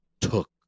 took